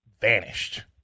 vanished